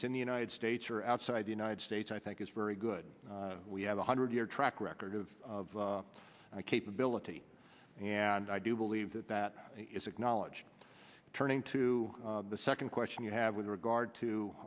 it's in the united states or outside the united states i think is very good we have a hundred year track record of capability and i do believe that that is acknowledged turning to the second question you have with regard to